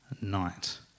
night